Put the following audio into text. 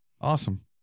Awesome